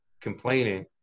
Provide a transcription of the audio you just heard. complaining